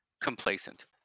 complacent